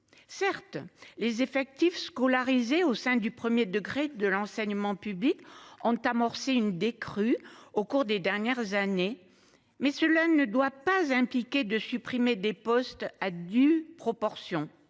Certes les effectifs scolarisés au sein du 1er degré de l'enseignement public ont amorcé une décrue au cours des dernières années. Mais cela ne doit pas impliquer de supprimer des postes à due proportion.